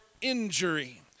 injury